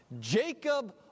Jacob